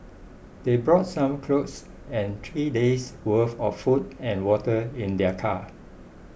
they brought some clothes and three day's worth of food and water in their car